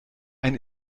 ein